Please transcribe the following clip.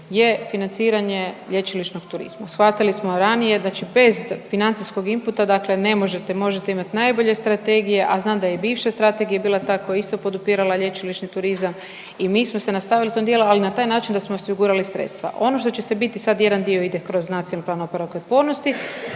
je financiranje lječilišnog turizma. Shvatili smo ranije da će bez financijskog inputa, dakle ne možete, možete imati najbolje strategije, a znam da je i bivša strategija bila tako isto podupirala lječilišni turizam i mi smo se nastavili u tom dijelu, ali na taj način da smo osigurali sredstva. Ono što će se biti sad jedan dio ide kroz Nacionalni plan oporavka i otpornosti,